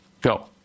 Go